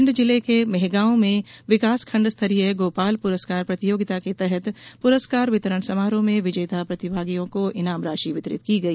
भिंड जिले के मेहगॉव में विकासखंड स्तरीय गोपाल पुरस्कार प्रतियोगिता के तहत पुरस्कार वितरण समारोह में विजेता प्रतिभागियों को ईनाम राशि वितरित की गई